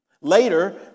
Later